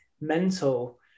mental